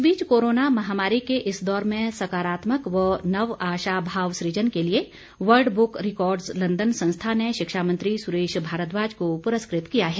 इस बीच कोरोना महामारी के इस दौर में सकारात्मक व नव आशा भाव सृजन के लिए वल्ड बुक रिकॉर्ड्स लंदन संस्था ने शिक्षा मंत्री सुरेश भारद्वाज को पुरस्कृत किया है